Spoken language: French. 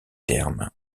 terme